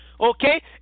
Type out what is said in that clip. okay